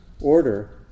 order